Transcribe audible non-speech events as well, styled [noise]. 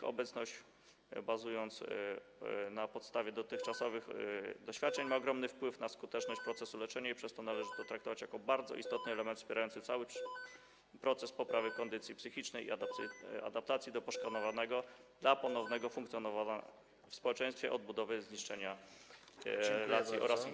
Taka obecność - bazując na podstawie dotychczasowych [noise] doświadczeń - ma ogromny wpływ na skuteczność procesu leczenia i przez to należy ją traktować jako bardzo istotny element wspierający cały proces poprawy kondycji psychicznej, adaptacji poszkodowanego do ponownego funkcjonowania w społeczeństwie i odbudowy zniszczonych relacji oraz więzi.